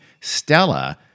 Stella